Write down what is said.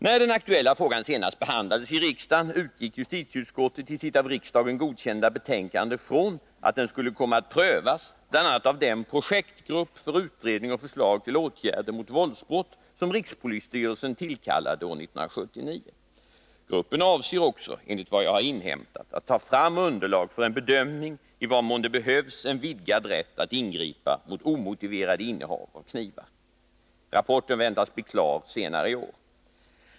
När den aktuella frågan senast behandlades i riksdagen, utgick justitieutskottet i sitt av riksdagen godkända betänkande från att den skulle komma att prövas bl.a. av den projektgrupp för utredning och förslag till åtgärder mot våldsbrott som rikspolisstyrelsen tillkallade år 1979. Gruppen avser också enligt vad jag har inhämtat att ta fram underlag för en bedömning i vad mån det behövs en vidgad rätt att ingripa mot omotiverade innehav av knivar. Rapporten väntas bli klar senare i år.